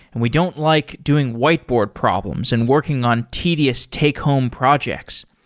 and we don't like doing whiteboard problems and working on tedious take-home projects.